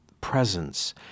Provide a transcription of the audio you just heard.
presence